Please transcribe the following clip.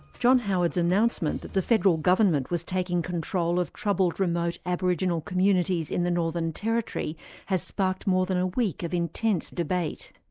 john howard's announcement that the federal government was taking control of troubled remote aboriginal communities in the northern territory has sparked more than a week of intense debate.